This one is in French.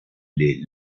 les